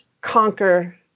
conquer